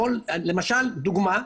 למשל דוגמה,